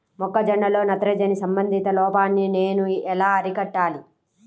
మొక్క జొన్నలో నత్రజని సంబంధిత లోపాన్ని నేను ఎలా అరికట్టాలి?